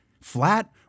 flat